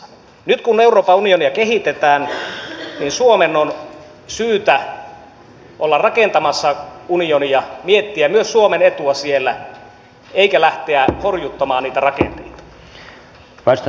nyt kun euroopan unionia kehitetään suomen on syytä olla rakentamassa unionia ja miettiä myös suomen etua siellä eikä lähteä horjuttamaan niitä rakenteita